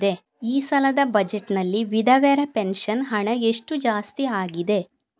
ಈ ಸಲದ ಬಜೆಟ್ ನಲ್ಲಿ ವಿಧವೆರ ಪೆನ್ಷನ್ ಹಣ ಎಷ್ಟು ಜಾಸ್ತಿ ಆಗಿದೆ?